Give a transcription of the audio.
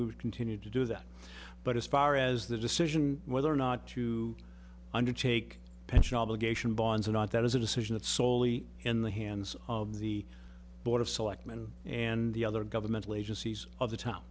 we will continue to do that but as far as the decision whether or not to undertake pension obligation bonds or not that is a decision that soley in the hands of the board of selectmen and the other governmental agencies of the time